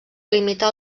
limitar